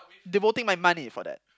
devoting my money for that